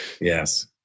Yes